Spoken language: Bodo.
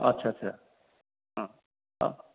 आथ्सा आथ्सा अ अ